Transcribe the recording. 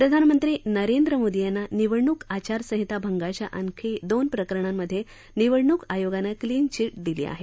प्रधानमंत्री नरेंद्र मोदी यांना निवडणूक आचारसंहिता भंगाच्या आणखी दोन प्रकरणांमधे निवडणूक आयोगानं क्लीन चीट दिली आहे